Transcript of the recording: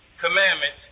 commandments